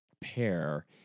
pair